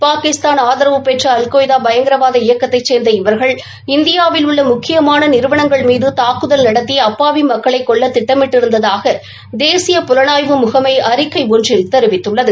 பாகிஸ்தான் ஆதரவு பெற்ற அல்கொய்தா பயங்கரவாத இயக்கத்தைச் சேர்ந்த இவர்கள் இந்தியாவில் உள்ள முக்கியமான நிறுவளங்கள் மீது தாக்குதல் நடத்தி அப்பாவி மக்களை கொல்ல திட்டமிட்டிருந்ததாக தேசிய புலனாய்வு முகமை அறிக்கை ஒன்றில் தெரிவித்துள்ளது